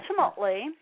ultimately